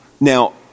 Now